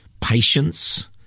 patience